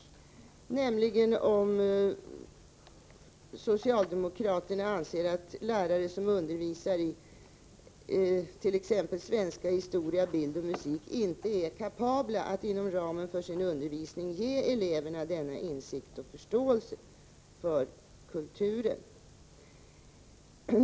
Frågan gällde om socialdemokraterna anser att lärare som undervisar i t.ex. svenska och historia eller i bild och musik inte är kapabla att inom ramen för sin undervisning ge eleverna insikt i och förståelse för kulturen.